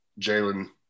Jalen